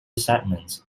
segments